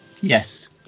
Yes